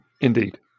Indeed